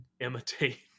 imitate